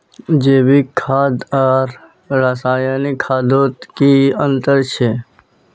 जैविक खाद आर रासायनिक खादोत की अंतर छे?